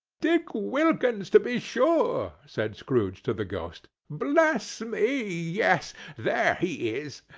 dick wilkins, to be sure! said scrooge to the ghost. bless me, yes. there he is.